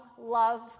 love